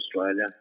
Australia